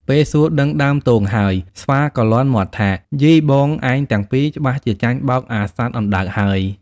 ពេលសួរដឹងដើមទងហើយ ស្វាក៏លាន់មាត់ថា៖ "យីបងឯងទាំងពីរ ច្បាស់ជាចាញ់បោកអាសត្វអណ្ដើកហើយ។